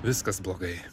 viskas blogai